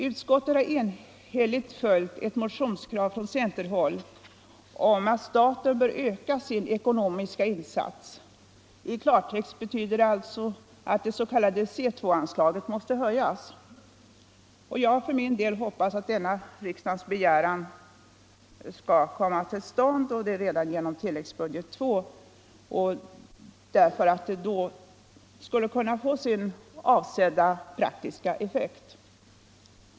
Utskottet har enhälligt följt ett motionskrav från centerhåll på att staten skall öka sin ekonomiska insats; i klartext betyder det att det s.k. C 2-anslaget skall höjas. Jag vill för min del hoppas att denna riksdagens begäran skall tillgodoses redan genom tilläggsbudget II och därmed kunna få sin avsedda praktiska effekt.